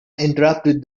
interrupted